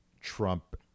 Trump